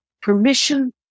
permission